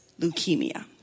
leukemia